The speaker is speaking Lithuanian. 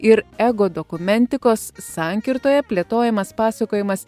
ir ego dokumentikos sankirtoje plėtojamas pasakojimas